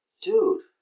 Dude